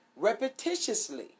repetitiously